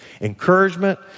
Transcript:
Encouragement